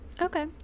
Okay